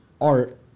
Art